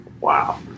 Wow